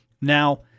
Now